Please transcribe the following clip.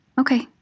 Okay